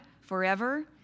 forever